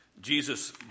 Jesus